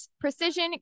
Precision